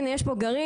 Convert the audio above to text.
הנה יש פה גרעין,